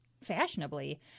fashionably